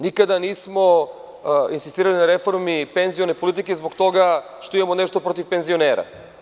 Nikada nismo insistirali na reformi penzione politike zbog toga što imamo nešto protiv penzionera.